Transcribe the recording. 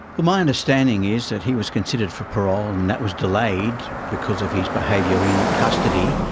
well, my understanding is that he was considered for parole and that was delayed because of his behaviour in custody,